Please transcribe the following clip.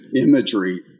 imagery